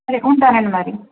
సరే ఉంటానండి మరి